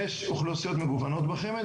יש אוכלוסיות מגוונות בחמ"ד,